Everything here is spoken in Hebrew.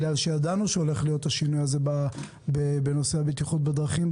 בגלל שידענו שהולך להיות השינוי הזה בנושא הבטיחות בדרכים,